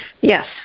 Yes